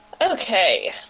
Okay